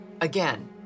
Again